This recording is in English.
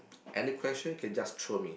any question can just throw me